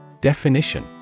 Definition